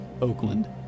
Oakland